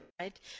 right